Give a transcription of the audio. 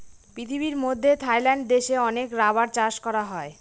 পৃথিবীর মধ্যে থাইল্যান্ড দেশে অনেক রাবার চাষ করা হয়